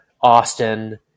Austin